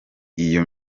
iyo